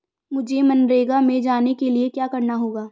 मुझे मनरेगा में जाने के लिए क्या करना होगा?